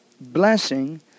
blessing